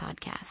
podcast